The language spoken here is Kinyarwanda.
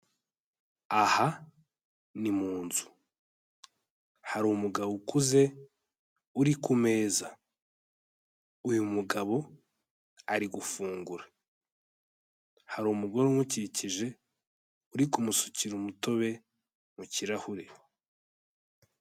Aha ni mu nzu. Hari umugabo ukuze, uri ku meza. Uyu mugabo, ari gufungura. Hari umugore umukikije, uri kumusukira umutobe mu kirahure.